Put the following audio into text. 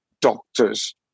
doctors